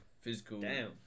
physical